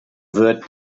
wird